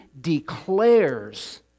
declares